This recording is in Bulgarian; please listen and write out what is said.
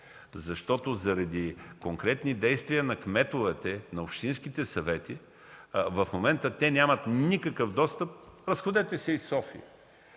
момента заради конкретни действия на кметовете, на общинските съвети, те нямат никакъв достъп. Разходете се из София.